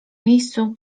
miejscu